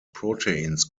proteins